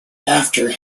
after